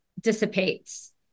dissipates